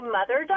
Mother